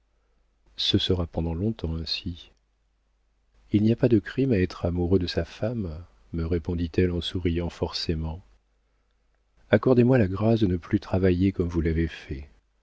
ce sera pendant long-temps ainsi il n'y a pas de crime à être amoureux de sa femme me répondit-elle en souriant forcément accordez-moi la grâce de ne plus travailler comme vous l'avez fait